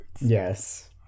Yes